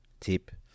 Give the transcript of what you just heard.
tip